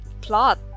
plot